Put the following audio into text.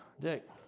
Dick